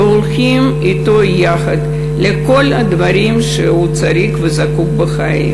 והולכים אתו יחד בשביל כל הדברים שהוא צריך וזקוק להם בחיים,